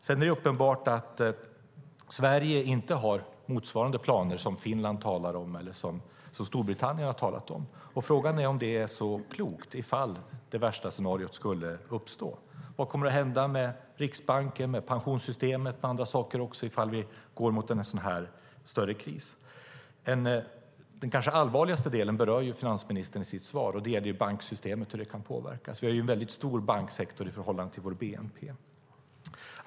Sedan är det uppenbart att Sverige inte har planer motsvarande de Finland talar om eller de Storbritannien har talat om. Frågan är om det är så klokt ifall det värsta scenariot skulle uppstå. Vad kommer att hända med Riksbanken, pensionssystemet och andra saker ifall vi går mot en sådan, större kris? Den kanske allvarligaste delen berör finansministern i sitt svar, och det gäller banksystemet och hur det kan påverkas. Vi har en väldigt stor banksektor i förhållande till vår bnp.